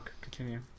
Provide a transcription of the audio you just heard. continue